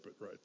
right